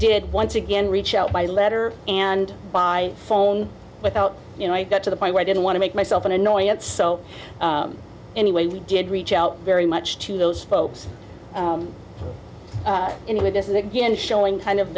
did once again reach out by letter and by phone but you know i got to the point where i didn't want to make myself an annoyance so anyway we did reach out very much to those folks and with this is again showing kind of